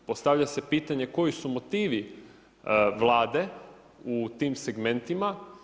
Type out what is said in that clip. Postavlja se pitanje koje su motivi Vlade u tim segmentima?